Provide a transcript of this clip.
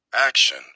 action